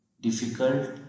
Difficult